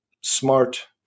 smart